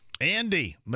Andy